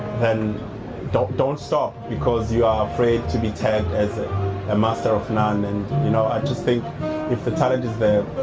then don't don't stop because you are afraid to be tagged as a and master of none. and you know i just think if the talent is there,